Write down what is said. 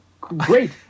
Great